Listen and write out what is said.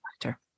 factor